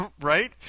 right